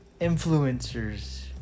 influencers